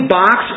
box